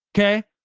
okay.